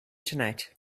tonight